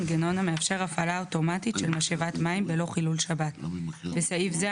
מנגנון המאפשר הפעלה אוטומטית של משאבת מים בלא חילול שבת (בסעיף זה,